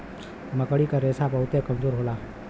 मकड़ी क रेशा बहुते कमजोर होला